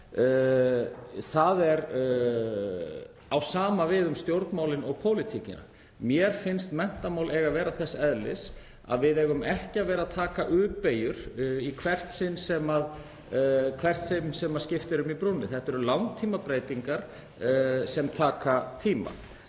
Það sama á við um stjórnmálin og pólitíkina. Mér finnst menntamál eiga að vera þess eðlis að við eigum ekki að vera að taka u-beygjur í hvert sinn sem skipt er um í brúnni. Þetta eru langtímabreytingar sem taka tíma.